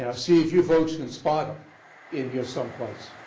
yeah see if you folks can spot him in here someplace.